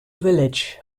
village